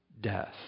death